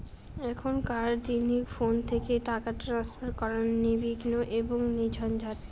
এখনকার দিনে ফোন থেকে টাকা ট্রান্সফার করা নির্বিঘ্ন এবং নির্ঝঞ্ঝাট